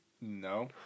No